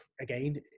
again